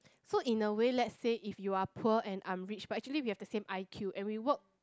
so in a way let's say if you are poor and I'm rich but actually we have the same I_Q and we work